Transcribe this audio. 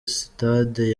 sitade